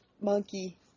monkey